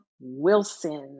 Wilson